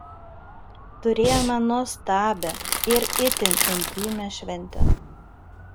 turėjome nuostabią ir itin intymią šventę